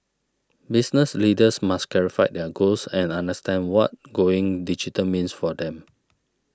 business leaders must clarify their goals and understand what going digital means for them